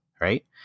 right